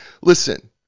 Listen